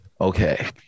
Okay